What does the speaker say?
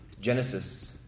Genesis